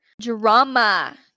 Drama